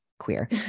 queer